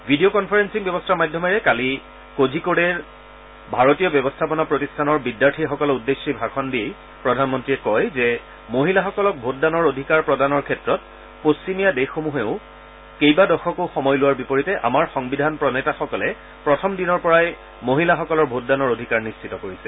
V D অ' conferencing ব্যৱস্থাৰ মাধ্যমেৰে কালি কোঝিকোড়েৰ ভাৰতীয় ব্যৱস্থাপনা প্ৰতিষ্ঠানৰ বিদ্যাৰ্থীসকলক উদ্দেশ্যি ভাষণ দি প্ৰধানমন্ত্ৰীয়ে কয় যে মহিলাসকলক ভোটদানৰ অধিকাৰ প্ৰদানৰ ক্ষেত্ৰত পশ্চিমীয়া দেশসমূহেও কেইবাদশকো সময় লোৱাৰ বিপৰীতে আমাৰ সংবিধান প্ৰণেতাসকলে প্ৰথম দিনৰ পৰাই মহিলাসকলৰ ভোটদানৰ অধিকাৰ নিশ্চিত কৰিছে